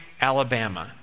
Alabama